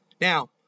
Now